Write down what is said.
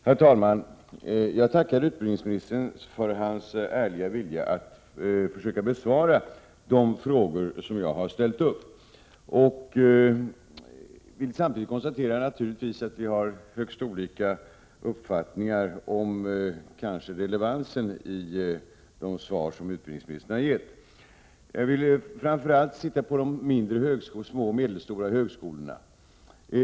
Herr talman! Jag tackar utbildningsministern för hans ärliga vilja att försöka besvara de frågor som jag har ställt. Samtidigt konstaterar jag naturligtvis att vi har högst olika uppfattningar om relevansen i de svar som utbildningsministern har gett. Jag vill framför allt diskutera de små och medelstora högskolorna.